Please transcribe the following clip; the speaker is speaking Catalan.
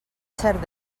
cert